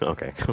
Okay